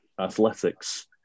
athletics